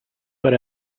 per